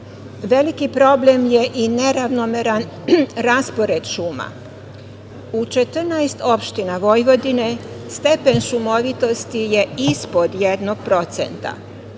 problem je i neravnomeran raspored šuma. U 14 opština Vojvodine stepen šumovitosti je ispod 1%.